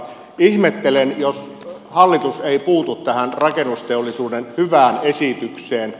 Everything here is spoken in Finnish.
ihmettelen jos hallitus ei puutu tähän rakennusteollisuuden hyvään esitykseen